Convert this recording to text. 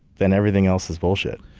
then everything else is bullshit.